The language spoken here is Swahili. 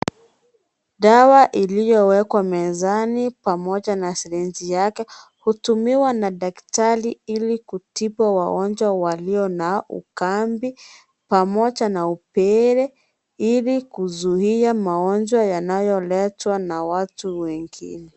Dawa iliyowekwa mezani pamoja na (CS)syringe(CS)yake hutumiwa na daktari ili kutibu wagonjwa walio na ukambi pamoja na upele ili kuzuia magonjwa yanayoletwa na watu wengine.